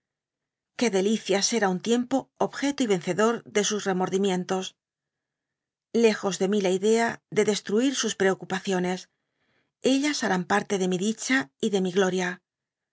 que delicia ser átm tiempo objeto y vencedor de sus remordimientos lejos de mí la idea de destruir sus preocupaciones j ellas harán parte de mi dicha y de mi gloria